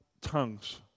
tongues